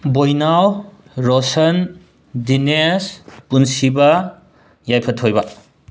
ꯕꯣꯏꯅꯥꯎ ꯔꯣꯁꯟ ꯗꯤꯅꯦꯁ ꯄꯨꯟꯁꯤꯕ ꯌꯥꯏꯐꯊꯣꯏꯕ